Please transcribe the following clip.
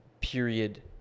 period